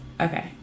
Okay